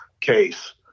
case